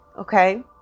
Okay